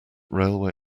railway